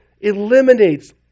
eliminates